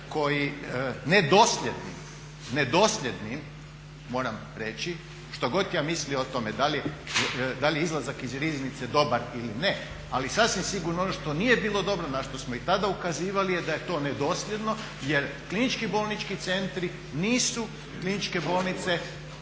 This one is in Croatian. koji nedosljednim moram reći, što god ja mislio o tome, da li je izlazak iz riznice dobar ili ne. Ali sasvim sigurno ono što nije bilo dobro, na što smo i tada ukazivali je da je to nedosljedno jer KBC-i nisu kliničke bolnice